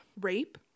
rape